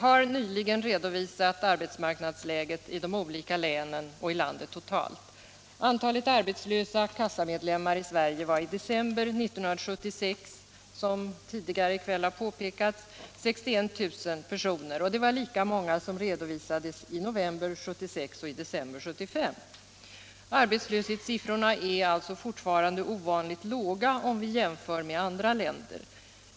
Arbetslöshetssiffrorna är fortfarande ovanligt låga, om vi jämför med andra länder.